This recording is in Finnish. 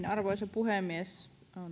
arvoisa puhemies